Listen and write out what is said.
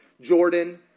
Jordan